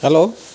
hello